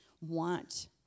want